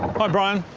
hi brian!